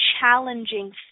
challenging